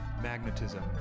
magnetism